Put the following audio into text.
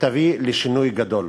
שתביא לשינוי גדול,